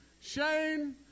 Shane